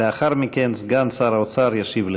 לאחר מכן סגן שר האוצר ישיב לכולם.